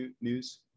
news